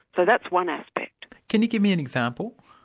so that's one aspect. can you give me an example?